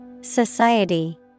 Society